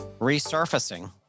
resurfacing